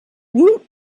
woot